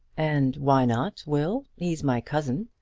and why not will? he's my cousin.